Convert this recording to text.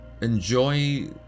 enjoy